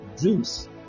Dreams